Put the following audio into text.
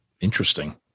Interesting